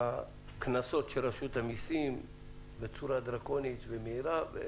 קנסות של רשות המיסים בצורה דרקונית ומהירה.